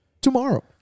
tomorrow